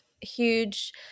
huge